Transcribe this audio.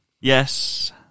Yes